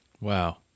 wow